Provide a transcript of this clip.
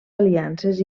aliances